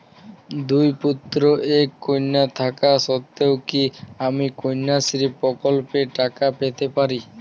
দুই পুত্র এক কন্যা থাকা সত্ত্বেও কি আমি কন্যাশ্রী প্রকল্পে টাকা পেতে পারি?